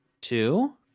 two